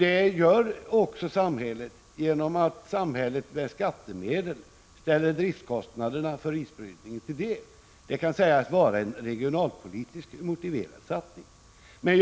Det gör också samhället, genom att staten med skattemedel svarar för isbrytningens driftkostnader. Det kan sägas vara en regionalpolitiskt motiverad satsning.